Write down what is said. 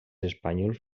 espanyols